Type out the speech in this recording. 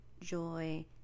joy